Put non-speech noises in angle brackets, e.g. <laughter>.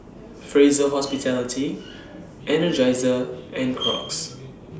Fraser Hospitality <noise> Energizer and Crocs